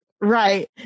Right